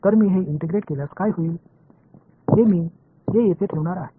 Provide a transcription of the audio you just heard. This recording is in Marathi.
तर मी हे इंटिग्रेट केल्यास काय होईल हे मी हे येथे ठेवणार आहे